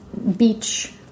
Beach